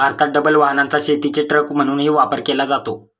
भारतात डबल वाहनाचा शेतीचे ट्रक म्हणूनही वापर केला जातो